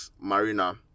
Marina